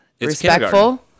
Respectful